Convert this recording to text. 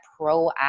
proactive